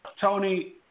Tony